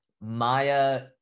Maya